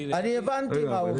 אני הבנתי מה הוא אומר.